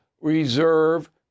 reserve